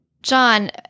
John